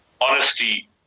Honesty